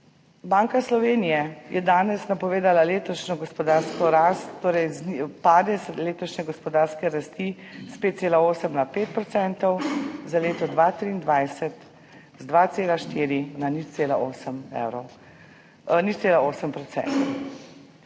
Banka Slovenije je danes napovedala letošnjo gospodarsko rast, torej padec letošnje gospodarske rasti s 5,8 na 5 %, za leto 2023 z 2,4 na 0,8 %.